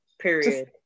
Period